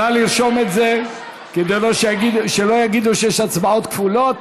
נא לרשום את זה, כדי שלא יגידו שיש הצבעות כפולות.